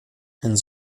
and